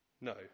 No